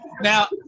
Now